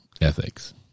ethics